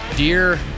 Dear